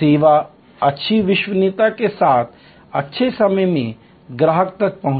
सेवा अच्छी विश्वसनीयता के साथ अच्छे समय में ग्राहक तक पहुंचे